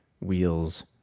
wheels